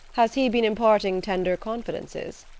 has he been imparting tender confidences?